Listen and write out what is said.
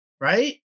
Right